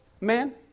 man